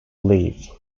leaf